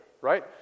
right